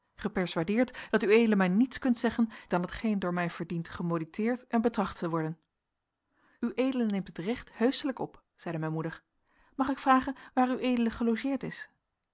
gepersuadeerd dat ued mij niets kunt zeggen dan hetgeen door mij verdient gemoditeerd en betracht te worden ued neemt het recht heuschelijk op zeide mijn moeder mag ik vragen waar ued gelogeerd is